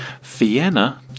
Vienna